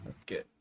okay